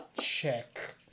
check